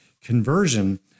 conversion